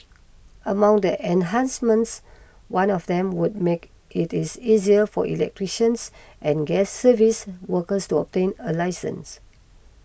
among the enhancements one of them would make it is easier for electricians and gas service workers to obtain a licence